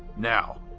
now.